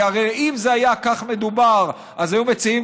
כי הרי אם זה היה מדובר בכך אז היו מציעים